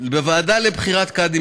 בוועדה לבחירת קאדים,